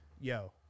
Yo